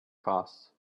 costs